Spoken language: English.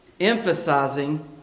emphasizing